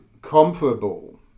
comparable